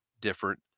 different